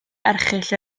erchyll